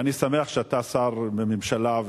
ואני שמח שאתה שר בממשלה,